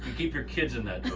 keep your kids in that